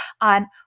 on